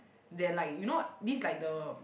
than like you know this like the